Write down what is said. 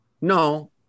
No